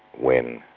when